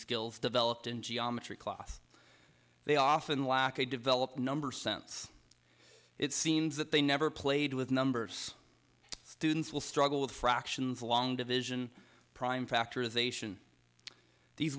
skills developed in geometry class they often lack a developed number sense it seems that they never played with numbers students will struggle with fractions long division prime factorization these